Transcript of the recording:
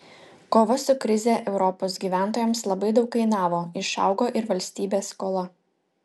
kova su krize europos gyventojams labai daug kainavo išaugo ir valstybės skola